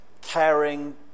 caring